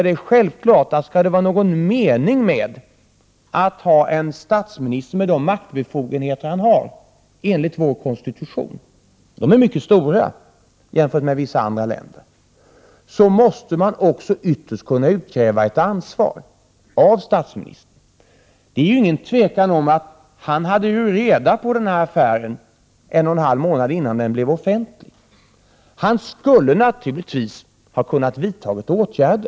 Men för att det skall vara någon mening med att ha en statsminister som har de maktbefogenheter som vår konstitution medger — dessa befogenheter är mycket stora jämfört med vad som gäller i vissa andra länder — måste man självfallet ytterst kunna utkräva ett ansvar av statsministern. Det råder inget tvivel om att statsministern hade reda på den här affären en och en halv månad innan den blev offentlig. Han skulle naturligtvis ha kunnat vidta åtgärder.